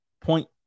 point